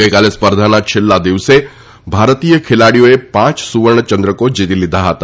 ગઈકાલે સ્પર્ધાના છેલ્લા દિવસે ભારતીય ખેલાડીઓએ પાંચ સુવર્ણ ચંદ્રકો જીતી લીધા હતા